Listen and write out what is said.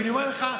אני רק אומר לך,